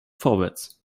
vorwärts